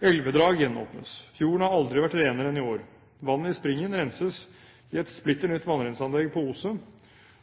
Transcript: gjenåpnes. Fjorden har aldri vært renere enn i år. Vannet i springen renses i et splitter nytt vannrenseanlegg på Oset,